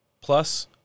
plus